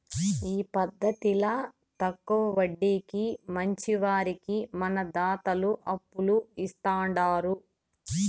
ఈ పద్దతిల తక్కవ వడ్డీకి మంచివారికి మన దాతలు అప్పులు ఇస్తాండారు